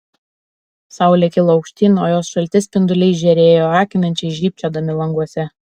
saulė kilo aukštyn o jos šalti spinduliai žėrėjo akinančiai žybčiodami languose